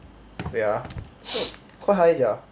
wait ah quite high sia